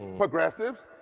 progressives.